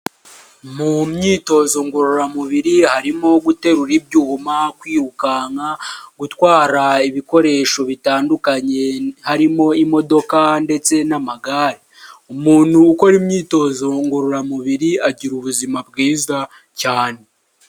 Mu myitozo ngororamubiri harimo guterura ibyuma, kwirukanka, gutwara ibikoresho bitandukanye harimo imodoka ndetse n'amagare, umuntu ukora imyitozo ngororamubiri agira ubuzima bwiza cyane.